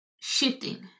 shifting